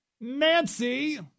Nancy